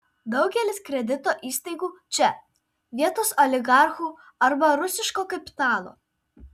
daugelis kredito įstaigų čia vietos oligarchų arba rusiško kapitalo